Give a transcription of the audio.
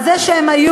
בדיוק על זה שהם היו